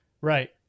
Right